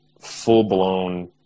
full-blown